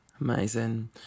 Amazing